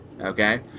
Okay